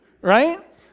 right